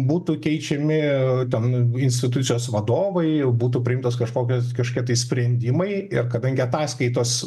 būtų keičiami ten institucijos vadovai būtų priimtos kažkokios kažkokie tai sprendimai ir kadangi ataskaitos